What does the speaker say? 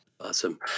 Awesome